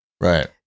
Right